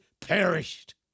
perished